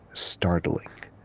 startling